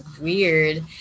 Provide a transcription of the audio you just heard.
weird